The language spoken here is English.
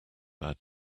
bad